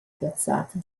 piazzati